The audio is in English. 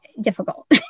difficult